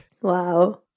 Wow